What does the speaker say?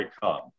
come